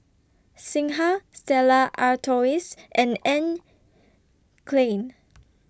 Singha Stella Artois and Anne Klein